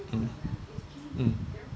mm mm